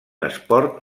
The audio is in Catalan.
esport